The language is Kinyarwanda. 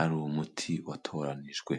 ari umuti watoranijwe.